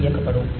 D இயக்கப்படும்